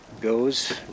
goes